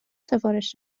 سفارش